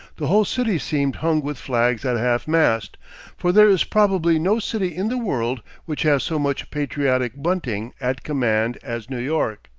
the whole city seemed hung with flags at half-mast for there is probably no city in the world which has so much patriotic bunting at command as new york.